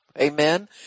Amen